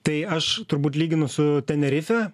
tai aš turbūt lyginu su tenerife